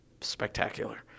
spectacular